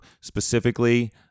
specifically